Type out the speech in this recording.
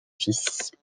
fils